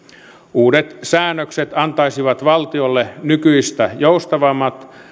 uudet säännökset antaisivat valtiolle nykyistä joustavammat